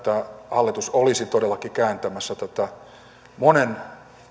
yllättynyt että hallitus olisi todellakin kääntämässä tätä monen